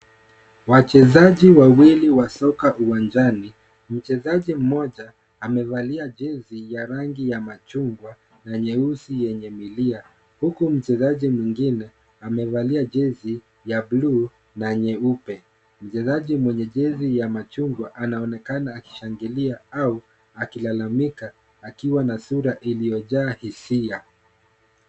Wachezaji wawili wa soka uwanjani, mchezaji mmoja amevalia jezi ya rangi ya machungwa na nyeusi yenye milia, huku mchezaji mwingine amevalia jezi ya bluu na nyeupe. Mchezaji mwenye jezi ya machungwa anaonekana akishangilia, au akilalamika, akiwa na sura iliyojaa hisia.